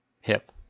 hip